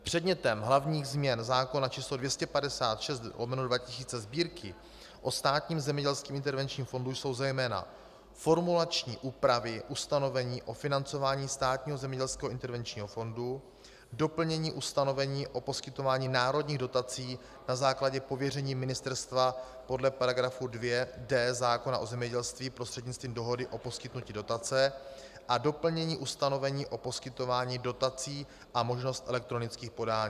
Předmětem hlavních změn zákona číslo 256/2000 Sb., o Státním zemědělském intervenčním fondu, jsou zejména formulační úpravy ustanovení o financování Státního zemědělského intervenčního fondu, doplnění ustanovení o poskytování národních dotací na základě pověření ministerstva podle § 2d zákona o zemědělství prostřednictvím dohody o poskytnutí dotace a doplnění ustanovení o poskytování dotací a možnost elektronických podání.